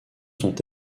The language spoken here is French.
sont